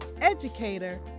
educator